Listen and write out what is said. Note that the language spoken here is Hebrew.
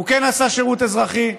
הוא כן עשה שירות אזרחי,